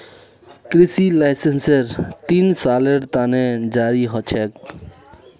कृषि लाइसेंस तीन सालेर त न जारी ह छेक